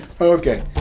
Okay